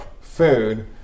food